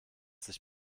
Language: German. sich